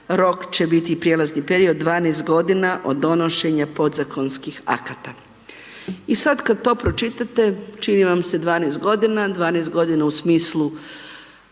rok će biti prijelazni period 12 godina od donošenja podzakonskih akata. I sad kad to pročitate, čini vam se 12 godina, 12 godina u smislu